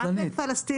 גם בין פלסטינים?